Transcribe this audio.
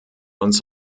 uns